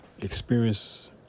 experience